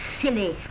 silly